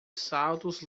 saltos